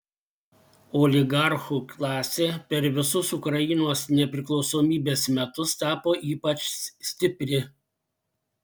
oligarchų klasė per visus ukrainos nepriklausomybės metus tapo ypač stipri